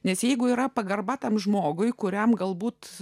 nes jeigu yra pagarba tam žmogui kuriam galbūt